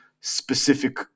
specific